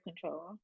control